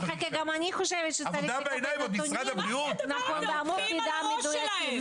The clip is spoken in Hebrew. גם אני חושבת שצריך לקבל נתונים ואמות מידה מדויקים,